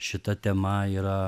šita tema yra